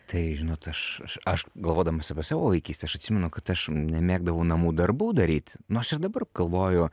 tai žinot aš aš aš galvodamas apie savo vaikystę aš atsimenu kad aš nemėgdavau namų darbų daryt nu aš ir dabar galvoju